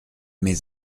mes